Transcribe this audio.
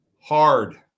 Hard